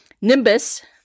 Nimbus